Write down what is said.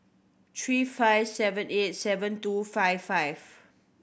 three five seven eight seven two five five